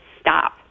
stop